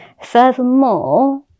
furthermore